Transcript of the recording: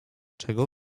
czego